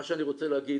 מה שאני רוצה להגיד,